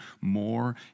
more